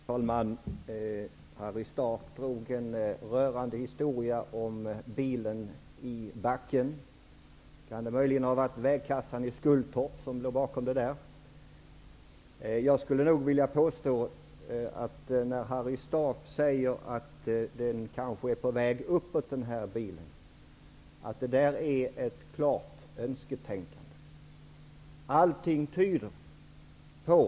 Herr talman! Harry Staaf drog en rörande historia om bilen i backen. Kan det möjligen ha varit vägkassan i Skultorp som låg bakom? Jag skulle vilja påstå att när Harry Staaf säger att bilen är på väg uppåt ger han uttryck för ett klart önsketänkande.